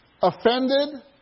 offended